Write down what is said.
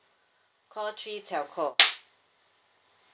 call three telco